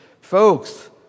Folks